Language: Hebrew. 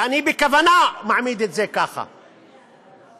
ואני בכוונה מעמיד את זה ככה,